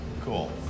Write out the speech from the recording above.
Cool